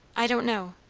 i don't know.